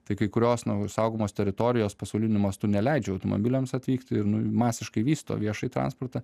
tai kai kurios nu saugomos teritorijos pasauliniu mastu neleidžia automobiliams atvykti ir masiškai vysto viešąjį transportą